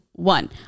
One